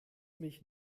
mich